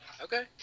Okay